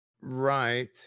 Right